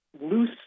loose